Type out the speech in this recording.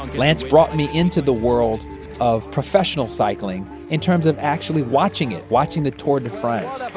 and lance brought me into the world of professional cycling in terms of actually watching it, watching the tour de france